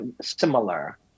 similar